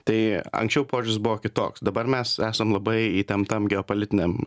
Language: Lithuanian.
tai anksčiau požiūris buvo kitoks dabar mes esam labai įtemptam geopolitiniam